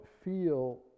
feel